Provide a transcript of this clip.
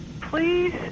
Please